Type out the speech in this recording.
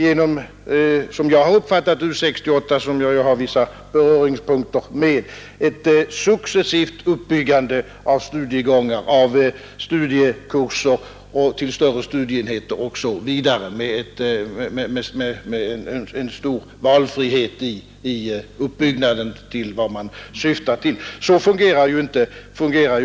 Såsom jag har uppfattat U 68 — som jag har vissa beröringspunkter med — skall den studerande nå fram till det mål han syftar till genom ett successivt uppbyggande av studiekurser till större studieenheter, och det skall finnas en stor valfrihet i uppbyggnaden. Så fungerar inte PUKAS!